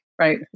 right